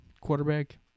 quarterback